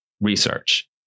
Research